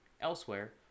Elsewhere